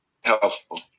helpful